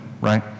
right